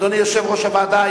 אדוני יושב-ראש הוועדה,